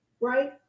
right